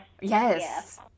yes